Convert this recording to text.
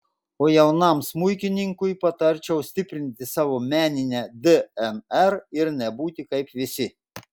o jaunam smuikininkui patarčiau stiprinti savo meninę dnr ir nebūti kaip visi